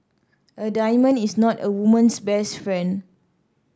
a diamond is not a woman's best friend